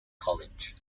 college